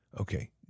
Okay